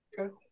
okay